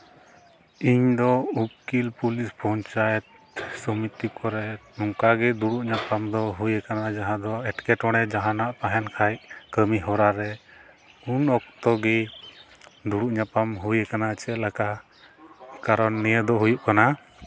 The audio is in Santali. ᱤᱧ ᱫᱚ ᱩᱠᱤᱞ ᱯᱩᱞᱤᱥ ᱯᱚᱧᱪᱟᱭᱮᱛ ᱥᱚᱢᱤᱛᱤ ᱠᱚᱨᱮ ᱱᱚᱝᱠᱟ ᱜᱮ ᱫᱩᱲᱩᱵ ᱧᱟᱯᱟᱢ ᱫᱚ ᱦᱩᱭᱟᱠᱟᱱᱟ ᱡᱟᱦᱟᱸ ᱫᱚ ᱮᱴᱠᱮᱴᱚᱬᱮ ᱡᱟᱦᱟᱸᱱᱟᱜ ᱛᱟᱦᱮᱱ ᱠᱷᱟᱱ ᱠᱟᱹᱢᱤᱦᱚᱨᱟ ᱨᱮ ᱩᱱ ᱚᱠᱛᱚ ᱜᱮ ᱫᱩᱲᱩᱵᱽ ᱧᱟᱯᱟᱢ ᱦᱩᱭᱟᱠᱟᱱᱟ ᱪᱮᱫ ᱞᱮᱠᱟ ᱠᱟᱨᱚᱱ ᱱᱤᱭᱟᱹ ᱫᱚ ᱦᱩᱭᱩᱜ ᱠᱟᱱᱟ